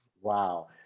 Wow